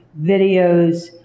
videos